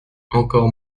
encore